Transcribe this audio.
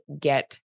get